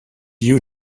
you